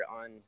on